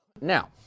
Now